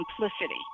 simplicity